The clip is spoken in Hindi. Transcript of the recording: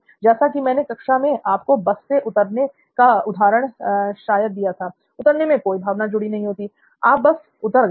जैसा कि मैंने कक्षा में आपको बस से उतरने का शायद उदाहरण दिया था उतरने से कोई भावना नहीं जुड़ी हुई है आप बस उतर गए हैं